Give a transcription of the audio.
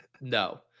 No